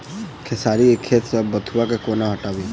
खेसारी केँ खेत सऽ बथुआ केँ कोना हटाबी